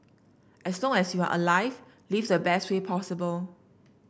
as long as you are alive live in the best way possible